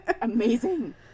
Amazing